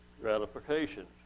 gratification